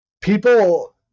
People